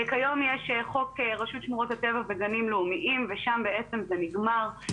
כיום יש חוק רשות שמורות טבע וגנים לאומיים ושם בעצם זה נגמר.